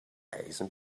eisen